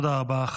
תודה רבה.